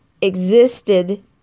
existed